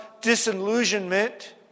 disillusionment